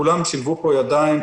כולם שילבו פה ידיים,